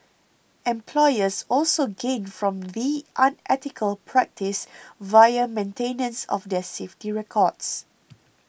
employers also gain from the unethical practice via maintenance of their safety records